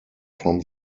from